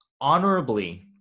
honorably